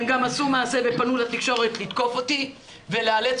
הם גם עשו מעשה ופנו לתקשורת לתקוף אותי ולאלץ